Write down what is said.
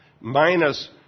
minus